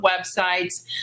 websites